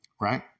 right